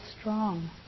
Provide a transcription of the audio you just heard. strong